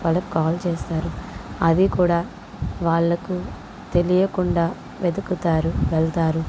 వాళ్ళకు కాల్ చేస్తారు అదీ కూడా వాళ్ళకు తెలియకుండా వెతుకుతారు వెళ్తారు